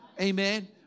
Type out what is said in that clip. Amen